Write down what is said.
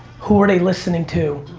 who are they listening to?